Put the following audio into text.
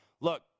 look